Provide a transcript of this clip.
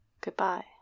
Goodbye